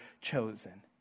chosen